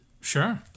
Sure